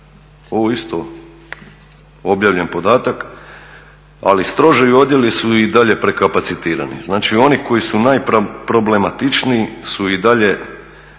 je isto objavljen podatak, ali stroži odjeli su i dalje prekapacitirani. Znači oni koji su najproblematičniji su i dalje